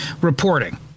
reporting